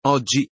Oggi